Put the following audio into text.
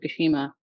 Fukushima